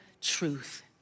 truth